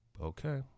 okay